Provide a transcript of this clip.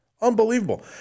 Unbelievable